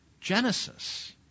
Genesis